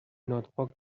norfolk